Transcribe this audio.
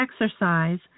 exercise